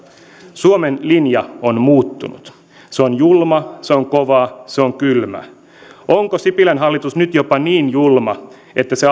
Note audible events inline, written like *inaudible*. suomen linja on muuttunut se on julma se on kova se on kylmä onko sipilän hallitus nyt jopa niin julma että se *unintelligible*